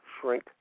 shrink